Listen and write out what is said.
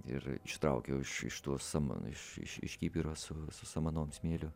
ir ištraukiau iš iš tų saman iš iš kibiro su samanom smėliu